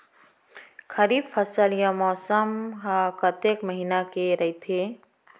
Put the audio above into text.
खरीफ फसल या मौसम हा कतेक महिना ले रहिथे?